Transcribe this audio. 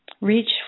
Reach